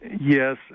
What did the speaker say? Yes